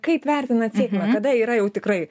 kaip vertinat sėkmę kada yra jau tikrai